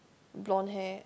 blonde hair